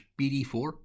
BD4